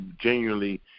genuinely